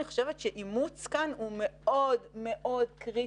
אני חושבת שאימוץ כאן הוא מאוד מאוד קריטי,